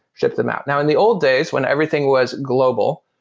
ship them out. now in the old days when everything was global,